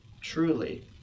truly